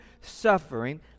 suffering